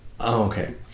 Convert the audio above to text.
Okay